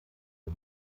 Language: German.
wir